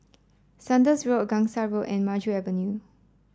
Saunders Road a Gangsa Road and Maju Avenue